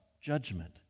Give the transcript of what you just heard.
judgment